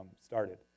started